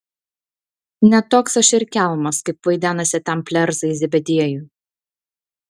ne toks aš ir kelmas kaip vaidenasi tam plerzai zebediejui